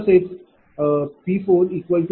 तसेच P4PL40